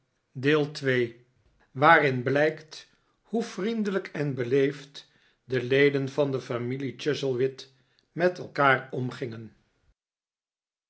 hoofdstuk iv waarin blijkt hoe vriendelijk en beleefd de leden van de familie chuzzlewit met elkaar omgingen